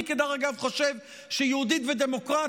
אני, דרך אגב, חושב ש"יהודית ודמוקרטית"